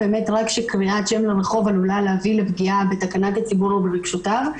רק כאשר קריאת שם רחוב עלולה להביא לפגיעה בתקנת הציבור וברגשותיו.